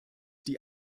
die